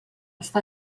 està